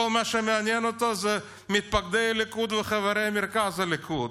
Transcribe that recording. כל מה שמעניין אותה הוא מתפקדי הליכוד וחברי מרכז הליכוד.